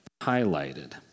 highlighted